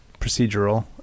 procedural